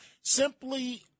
simply